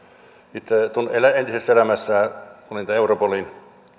itse entisessä elämässäni olin europolin